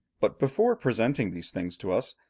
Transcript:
but before presenting these things to us,